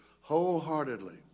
wholeheartedly